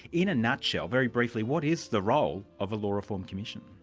in a nutshell, very briefly, what is the role of a law reform commission?